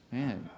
Man